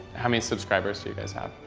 how many subscribers do you guys have?